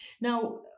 Now